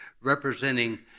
representing